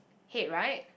head right